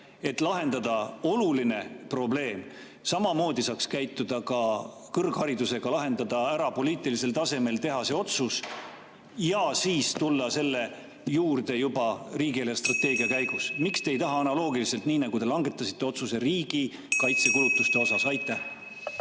et lahendada oluline probleem? Samamoodi saaks käituda ka kõrgharidusega, lahendada see ära poliitilisel tasemel, teha otsus ja siis tulla selle juurde juba riigi eelarvestrateegia [arutelu] käigus. Miks te ei taha [teha] analoogiliselt, nii nagu te langetasite otsuse riigikaitsekulutuste puhul?